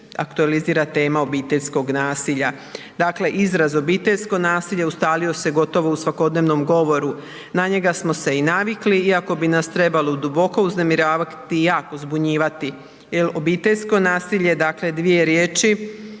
aktualizira tema obiteljskog nasilja. Dakle, izraz obiteljsko nasilje ustalio se gotovo u svakodnevnom govoru. Na njega smo se i navikli iako bi nas trebalo duboko uznemiravati i jako zbunjivati jer obiteljsko nasilje, dakle riječi